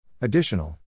Additional